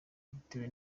bitewe